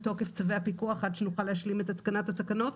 תוקף צווי הפיקוח כד שנוכל להשלים את התקנת התקנות,